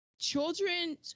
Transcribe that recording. children